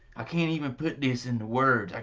can't even put this into words,